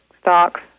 stocks